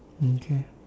okay